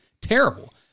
terrible